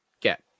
get